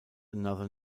another